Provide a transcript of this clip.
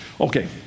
Okay